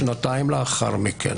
ששנתיים לאחר מכן,